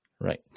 Right